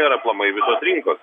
ir aplamai visos rinkos